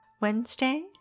Wednesday